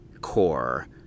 core